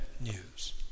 news